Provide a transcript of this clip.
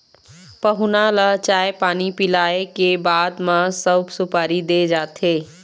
पहुना ल चाय पानी पिलाए के बाद म सउफ, सुपारी दे जाथे